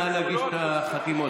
נא להגיש את החתימות,